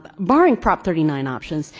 barring prop. thirty nine options,